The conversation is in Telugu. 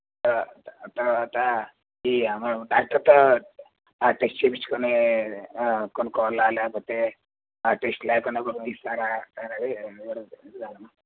తరువాత ఈ డాక్టర్తో ఆ టెస్ట్ చేయించుకుని కొనుక్కోవాలా లేకపోతే ఆ టెస్ట్ లేకుండా కూడా ఇస్తారా అనేది అడుగుతున్నానమ్మా